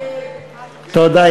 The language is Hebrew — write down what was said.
תודה.